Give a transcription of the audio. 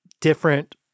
different